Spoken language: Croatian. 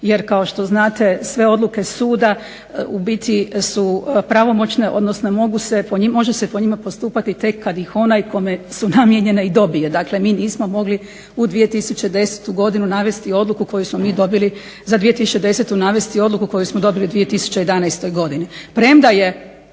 Jer kao što znate sve odluke suda u biti su pravomoćne odnosno može se po njima postupati tek kad ih onaj kome su namijenjene i dobije. Dakle, mi nismo mogli u 2010. godinu navesti odluku koju smo mi dobili, za 2010. navesti odluku koju smo dobili u 2011. godini. Premda je